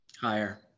Higher